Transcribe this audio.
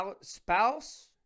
spouse